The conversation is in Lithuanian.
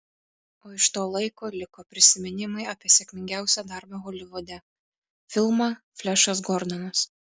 o iš to laiko liko prisiminimai apie sėkmingiausią darbą holivude filmą flešas gordonas